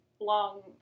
long